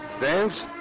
dance